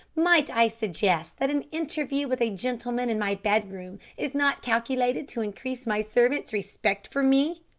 might i suggest that an interview with a gentleman in my bedroom is not calculated to increase my servants' respect for me?